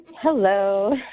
Hello